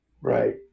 right